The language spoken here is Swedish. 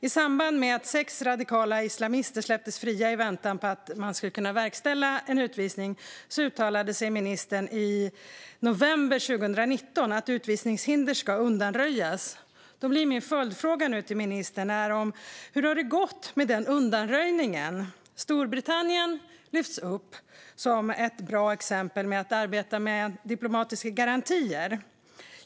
I samband med att sex radikala islamister släpptes fria i väntan på att man skulle kunna verkställa utvisning uttalade sig ministern i november 2019 om att utvisningshinder ska undanröjas. Min följdfråga till ministern blir då: Hur har det gått med den undanröjningen? Storbritannien lyfts upp som ett bra exempel när det gäller att arbeta med diplomatiska garantier.